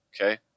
Okay